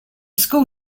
school